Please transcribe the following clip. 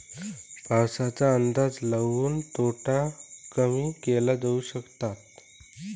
पाऊसाचा अंदाज लाऊन तोटे कमी केले जाऊ शकतात